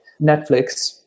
Netflix